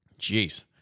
Jeez